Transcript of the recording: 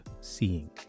seeing